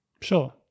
Sure